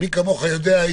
מי כמוך יודע.